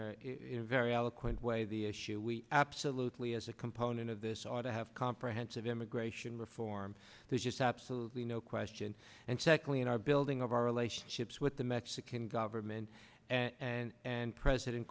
a very eloquent way the issue we absolutely as a component of this ought to have comprehensive immigration reform there's just absolutely no question and secondly in our building of our relationships with the mexican government and president